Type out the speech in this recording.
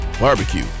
barbecue